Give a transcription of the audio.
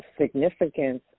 significance